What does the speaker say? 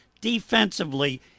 Defensively